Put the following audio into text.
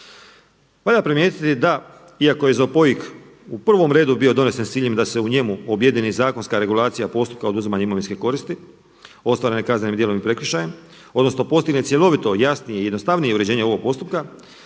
Valja primijetiti da iako je ZOPOIK u prvom redu bio donesen s ciljem da se u njemu objedini zakonska regulacija postupka oduzimanja imovinske koristi ostvarene kaznenim djelom i prekršajem, odnosno postigne cjelovito, jasnije i jednostavnije uređenje ovog postupka